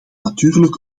natuurlijk